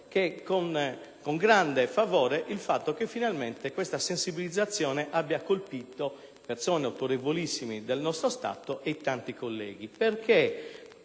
con grande favore il fatto che finalmente questa sensibilizzazione abbia colpito personalità autorevolissime del nostro Stato e tanti colleghi.